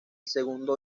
segundo